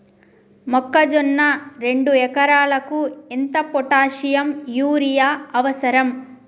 మొక్కజొన్న రెండు ఎకరాలకు ఎంత పొటాషియం యూరియా అవసరం?